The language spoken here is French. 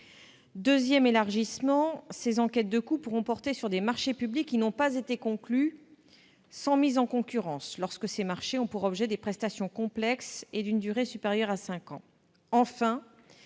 Deuxièmement, ces enquêtes de coûts pourront porter sur des marchés publics qui n'ont pas été conclus sans mise en concurrence lorsque ces marchés ont pour objet des prestations complexes et d'une durée supérieure à cinq ans.